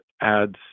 adds